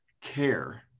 care